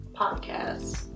podcasts